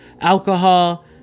alcohol